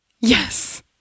yes